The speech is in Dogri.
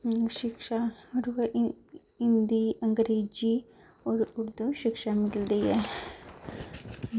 शिक्षा हिंदी अंगरेज़ी ते उर्दू च शिक्षा दित्ती जंदी ऐ